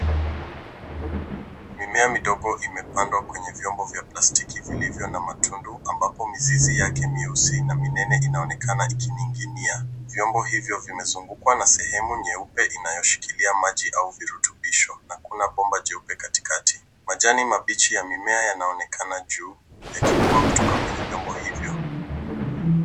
Mimea midogo imepandwa kwenye vyombo vya plastiki vilivyo na matundu ambapo mizizi yake mieusi na minene inaonekana ikining'inia. Vyombo hivyo vimezungukwa na sehemu nyeupe inayoshikilia maji au virutubisho na kuna bomba jeupe katikati. Majani mabichi ya mimea yanaonekana juu yakikwaa kutoka kwenye vyombo hivyo.